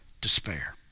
despair